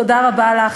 תודה רבה לך,